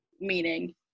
meaning